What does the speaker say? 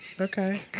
Okay